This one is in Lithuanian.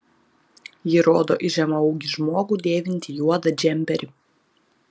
ji rodo į žemaūgį žmogų dėvintį juodą džemperį